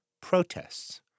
protests